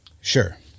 Sure